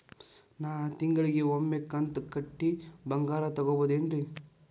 ನಾ ತಿಂಗಳಿಗ ಒಮ್ಮೆ ಕಂತ ಕಟ್ಟಿ ಬಂಗಾರ ತಗೋಬಹುದೇನ್ರಿ?